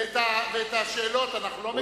ואת השאלות אנחנו לא מכירים?